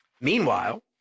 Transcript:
Meanwhile